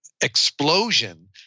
explosion